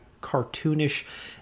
cartoonish